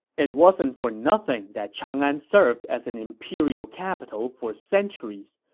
it wasn't for nothing that chang'an served as an imperial capital for centuries.